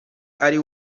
ari